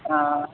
آ